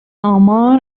آمار